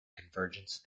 convergence